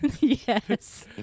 yes